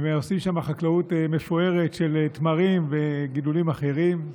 ועושים שם חקלאות מפוארת של תמרים וגידולים אחרים.